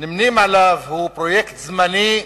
נמנים עם משתתפיו הוא פרויקט זמני,